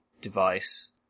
device